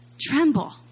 Tremble